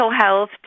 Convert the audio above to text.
health